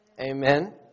Amen